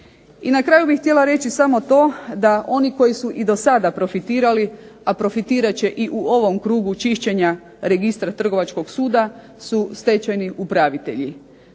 I na kraju bih htjela reći samo to da oni koji su i do sada profitirali, a profitirat će i u ovom krugu čišćenja registra trgovačkog suda su stečajni upravitelji.